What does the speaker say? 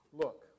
look